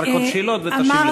אחר כך עוד שאלות ותשיב לכולם.